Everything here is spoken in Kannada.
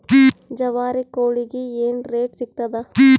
ಜವಾರಿ ಕೋಳಿಗಿ ಏನ್ ರೇಟ್ ಸಿಗ್ತದ?